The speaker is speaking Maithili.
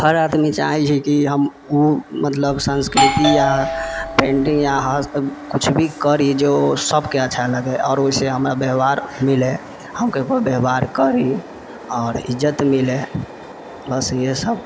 हर आदमी चाहै छै की हम ओ मतलब संस्कृति या पेन्टिङ्ग या किछु भी करी जे सबके अच्छा लगै आओर ओहिसँ हमरा व्यवहार मिलै हम ककरो व्यवहार करी आओर इज्जत मिलै बस इएहसब